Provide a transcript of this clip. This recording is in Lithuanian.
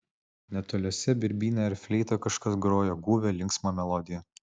netoliese birbyne ar fleita kažkas grojo guvią linksmą melodiją